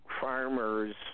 farmers